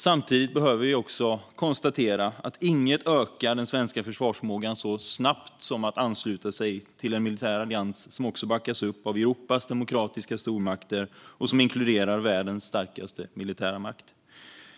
Samtidigt behöver vi också konstatera att inget ökar den svenska försvarsförmågan så snabbt som en anslutning till en militär allians som också backas upp av Europas demokratiska stormakter och inkluderar världens starkaste militära makt.